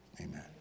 Amen